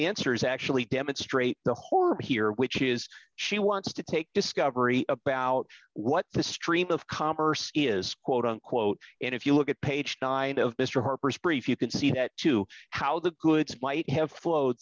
answer is actually demonstrate the horror here which is she wants to take discovery about what the stream of commerce is quote unquote and if you look at page died of mr harper's brief you could see that to how the goods might have flo